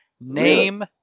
Name